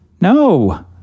No